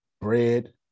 bread